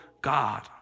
God